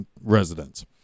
residents